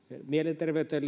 mielenterveyteen